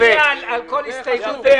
אחרי שאמרתם נושא